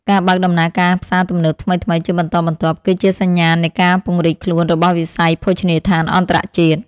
ការបើកដំណើរការផ្សារទំនើបថ្មីៗជាបន្តបន្ទាប់ គឺជាសញ្ញាណនៃការពង្រីកខ្លួនរបស់វិស័យភោជនីយដ្ឋានអន្តរជាតិ។